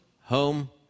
home